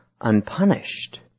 unpunished